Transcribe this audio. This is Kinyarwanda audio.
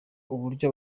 uburyo